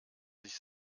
sich